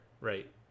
right